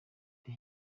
ati